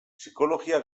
psikologia